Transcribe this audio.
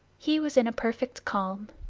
he was in a perfect calm.